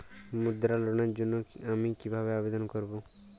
মুদ্রা লোনের জন্য আমি কিভাবে আবেদন করবো?